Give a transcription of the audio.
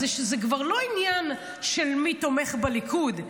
שזה כבר לא עניין של מי תומך בליכוד,